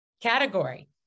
category